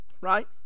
Right